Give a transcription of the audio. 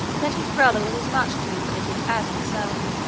that his brother was as much to be pitied as himself.